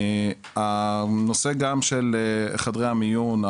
הנושא גם של חדרי המיון,